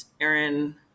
Aaron